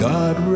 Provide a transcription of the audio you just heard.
God